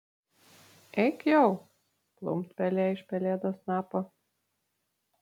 eik jau plumpt pelė iš pelėdos snapo